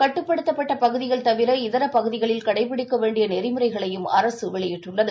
கட்டுப்படுத்தப்பட்டபகுதிகள் தவிர இதரபகுதிகளில் கடைப்பிடிக்கவேண்டியநெறிமுறைகளையும் அரசுவெளியிட்டுள்ளது